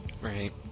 Right